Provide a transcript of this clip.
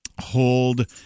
hold